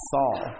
Saul